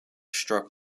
struck